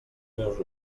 meus